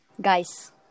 guys